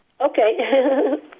Okay